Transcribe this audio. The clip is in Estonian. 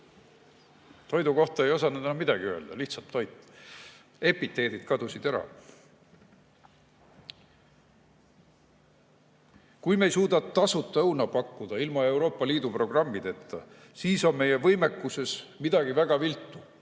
toidu kohta ei osanud enam midagi öelda. Oli lihtsalt toit, epiteedid kadusid ära. Kui me ei suuda tasuta õuna pakkuda ilma Euroopa Liidu programmideta, siis on meie võimekuses midagi väga viltu